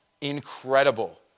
Incredible